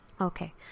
Okay